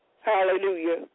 Hallelujah